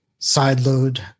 sideload